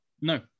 No